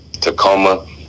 Tacoma